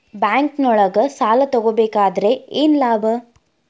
ಬ್ಯಾಂಕ್ನೊಳಗ್ ಸಾಲ ತಗೊಬೇಕಾದ್ರೆ ಏನ್ ಲಾಭ?